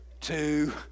two